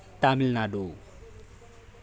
Tamil Nadu